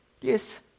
Yes